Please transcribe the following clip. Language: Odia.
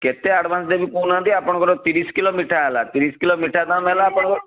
କେତେ ଆଡ଼ଭାନ୍ସ ଦେବି କହୁନାହାନ୍ତି ଆପଣଙ୍କର ତିରିଶ କିଲୋ ମିଠା ହେଲା ତିରିଶ କିଲୋ ମିଠା ଦାମ୍ ହେଲା ଆପଣଙ୍କର